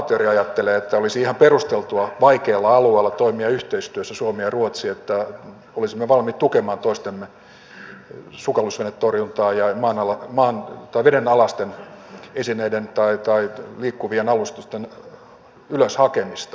amatööri ajattelee että olisi ihan perusteltua vaikealla alueella toimia yhteistyössä suomi ja ruotsi että olisimme valmiit tukemaan toistemme sukellusvenetorjuntaa ja vedenalaisten esineiden tai liikkuvien alusten ylös hakemista